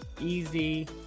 easy